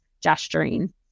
gesturing